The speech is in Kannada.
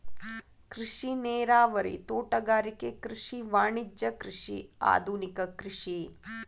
ಕೃಷಿ ನೇರಾವರಿ, ತೋಟಗಾರಿಕೆ ಕೃಷಿ, ವಾಣಿಜ್ಯ ಕೃಷಿ, ಆದುನಿಕ ಕೃಷಿ